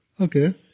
Okay